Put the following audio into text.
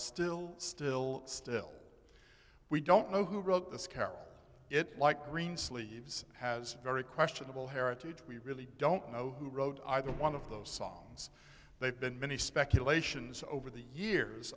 still still still we don't know who wrote this carol it like greensleeves has very questionable heritage we really don't know who wrote either one of those songs they've been many speculations over the years